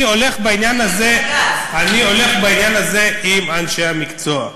אני הולך בעניין הזה עם אנשי המקצוע.